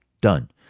Done